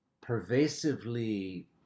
pervasively